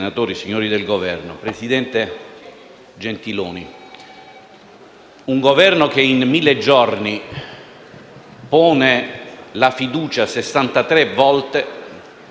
Parta da questa considerazione, presidente Gentiloni Silveri: la seguiremo con attenzione e parteciperemo con lealtà e con rigore